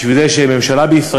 בשביל זה יש ממשלה בישראל,